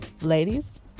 Ladies